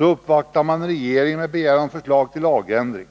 uppvaktar man regeringen med begäran om förslag till lagändring.